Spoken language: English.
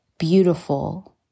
beautiful